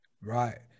Right